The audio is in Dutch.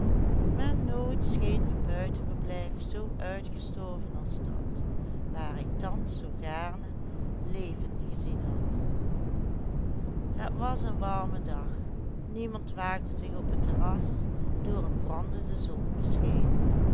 maar nooit scheen een buitenverblijf zoo uitgestorven als dat waar hij thans zoo gaarne leven gezien had het was een warme dag niemand waagde zich op het terras door een brandende zon beschenen